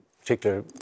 particular